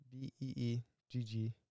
B-E-E-G-G